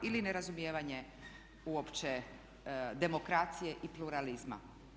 Ili nerazumijevanje uopće demokracije i pluralizma.